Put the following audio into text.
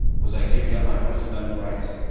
was i giving up my first amendment right?